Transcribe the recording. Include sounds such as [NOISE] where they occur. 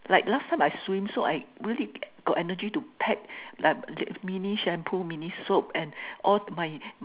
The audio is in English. like last time I swim so I really got energy to pack like [NOISE] mini shampoo mini soap and all my